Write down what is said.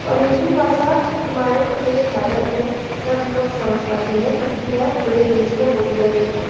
और हिंदी भाषा हमारे पूरे भारत में सब लोग समझ पाते हैं क्योंकि वह पूरे देश में बोली जाती हैं